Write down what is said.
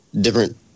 different